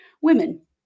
women